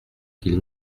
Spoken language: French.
qu’il